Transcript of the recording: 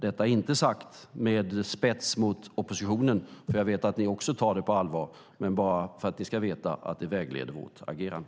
Detta inte sagt med spets mot oppositionen, för jag vet att ni också tar det på allvar, men för att ni ska veta att det vägleder vårt agerande.